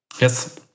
Yes